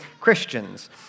Christians